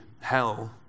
hell